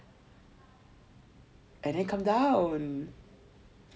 and then come down